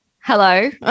Hello